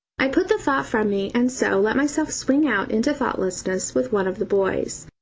i put the thought from me, and so let myself swing out into thoughtlessness with one of the boys.